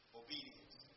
obedience